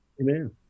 Amen